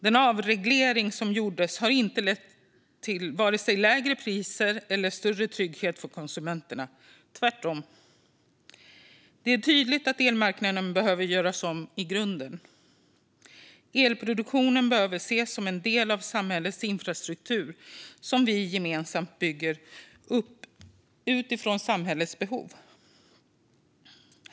Den avreglering som gjordes har inte lett till vare sig lägre priser eller större trygghet för konsumenterna, tvärtom. Det är tydligt att elmarknaden behöver göras om i grunden. Elproduktionen behöver ses som en del av samhällets infrastruktur som vi gemensamt bygger upp utifrån samhällets behov.